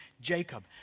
Jacob